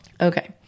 Okay